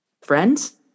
friends